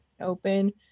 open